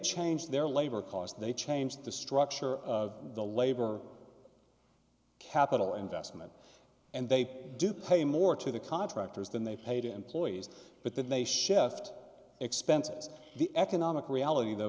change their labor costs they change the structure of the labor capital investment and they do pay more to the contractors than they paid employees but that they shift expenses the economic reality th